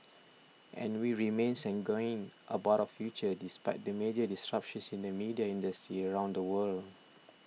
and we remain sanguine about our future despite the major disruptions in the media industry around the world